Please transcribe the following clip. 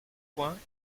points